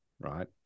Right